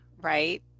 right